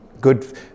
good